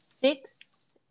six